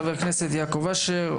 חבר כנסת יעקב אשר,